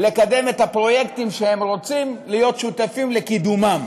לקדם את הפרויקטים שהם רוצים להיות שותפים לקידומם,